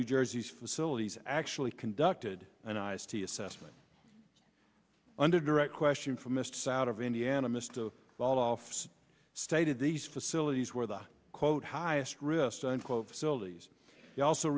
new jersey's facilities actually conducted an ice tea assessment under direct question from mists out of indiana mr ball offs stated these facilities where the quote highest risk unquote facilities they also